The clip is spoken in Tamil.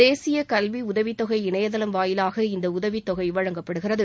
தேசிய கல்வி உதவித்தொகை இணையதளம் வாயிலாக இந்த உதவித்தொகை வழங்கப்படுகிறது